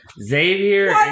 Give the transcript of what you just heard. Xavier